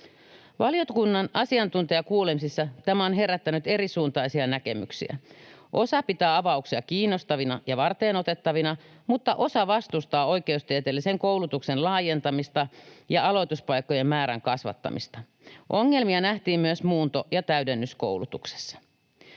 Valiokunnan asiantuntijakuulemisissa tämä on herättänyt erisuuntaisia näkemyksiä. Osa pitää avauksia kiinnostavina ja varteenotettavina, mutta osa vastustaa oikeustieteellisen koulutuksen laajentamista ja aloituspaikkojen määrän kasvattamista. Ongelmia nähtiin myös muunto‑ ja täydennyskoulutuksessa.